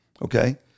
Okay